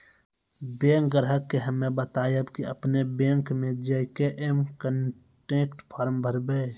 bank ग्राहक के हम्मे बतायब की आपने ने बैंक मे जय के एम कनेक्ट फॉर्म भरबऽ